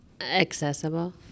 Accessible